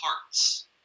parts